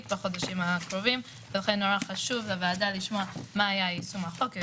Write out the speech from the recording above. בחודשים הקרובים ולכן חשוב לוועדה לשמוע מה היה יישום החוק.